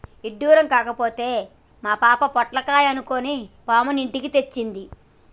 ఇడ్డురం కాకపోతే మా పాప పొట్లకాయ అనుకొని పాముని ఇంటికి తెచ్చింది